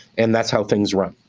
and that's how things run.